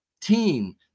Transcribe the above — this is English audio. team